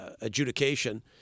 adjudication